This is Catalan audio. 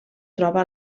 troba